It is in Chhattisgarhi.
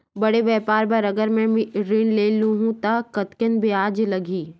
बड़े व्यापार बर अगर मैं ऋण ले हू त कतेकन ब्याज लगही?